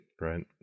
right